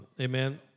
Amen